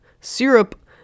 syrup